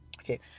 Okay